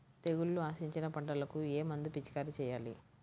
తెగుళ్లు ఆశించిన పంటలకు ఏ మందు పిచికారీ చేయాలి?